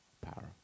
Power